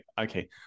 okay